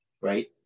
right